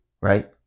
right